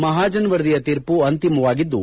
ಮಹಾಜನ್ ವರದಿಯ ತೀರ್ಪು ಅಂತಿಮವಾಗಿದ್ದು